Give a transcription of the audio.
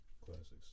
Classics